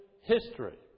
history